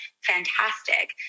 fantastic